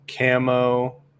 Camo